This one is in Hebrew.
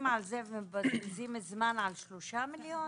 על זה ומבזבזים זמן על 3 מיליון?